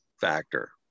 factor